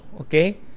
Okay